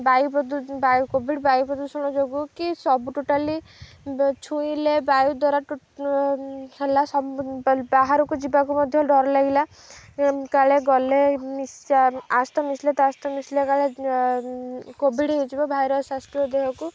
ବାୟୁ ବାୟୁ କୋଭିଡ଼ ବାୟୁ ପ୍ରଦୂଷଣ ଯୋଗୁଁ କି ସବୁ ଟୋଟାଲି ଛୁଇଁଲେ ବାୟୁ ଦ୍ୱାରା ହେଲାବ ବାହାରକୁ ଯିବାକୁ ମଧ୍ୟ ଡର ଲାଗିଲା କାଳେ ଗଲେଶ ଆସ୍ତ ମିଶିଲେ ତାସ୍ତ ମିଶିଲେ କାଳେ କୋଭିଡ୍ ହେଇଯିବ ଭାଇରସ୍ ଆଶ୍ର ଦେହକୁ